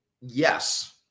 Yes